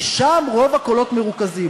כי שם רוב הקולות מרוכזים.